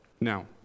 Now